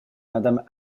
madame